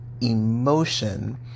emotion